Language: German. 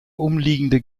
umliegende